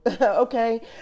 Okay